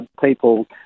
people